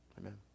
Amen